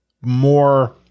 more